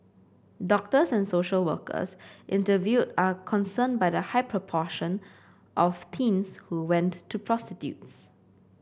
doctors and social workers interviewed are concerned by the high proportion of teens who went to prostitutes